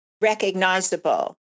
recognizable